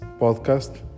podcast